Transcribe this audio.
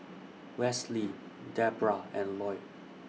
Wesley Deborah and Loyd